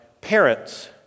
parents